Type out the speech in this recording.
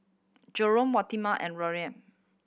Jerome Waneta and Maryam